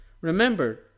Remember